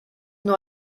nur